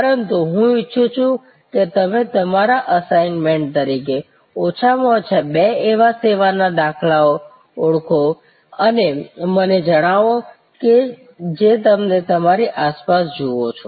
પરંતુ હું ઈચ્છું છું કે તમે તમારા અસાઇનમેન્ટ તરીકે ઓછામાં ઓછા બે આવા સેવાના દાખલાઓ ઓળખો અને મને જણાવો કે જે તમે તમારી આસપાસ જુઓ છો